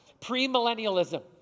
premillennialism